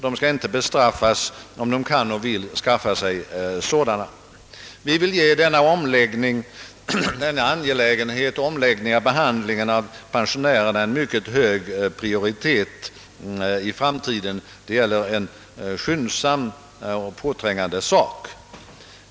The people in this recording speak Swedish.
De skall inte bestraffas om de kan och vill skaffa sig sådana inkomster. Vi inom folkpartiet vill ge frågan om en ändrad behandling av folkpensionärerna i detta avseende mycket hög prioritet i framtiden. Det gäller här ett påträngande spörsmål som <:kräver skyndsam lösning.